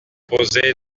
composée